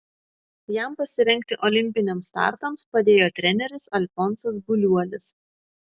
jam pasirengti olimpiniams startams padėjo treneris alfonsas buliuolis